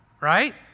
right